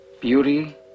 Beauty